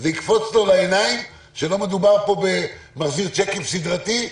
זה יקפוץ לו לעיניים שלא מדובר פה במחזיר צ'קים סידרתי,